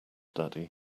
daddy